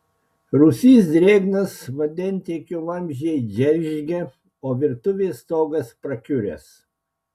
rūsys drėgnas vandentiekio vamzdžiai džeržgia o virtuvės stogas prakiuręs